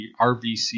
RVC